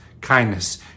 kindness